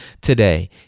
today